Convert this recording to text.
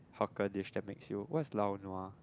hawker dish that makes you what's lao nua